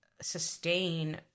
sustain